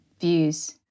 views